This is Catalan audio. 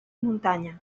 muntanya